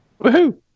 Woohoo